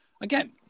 again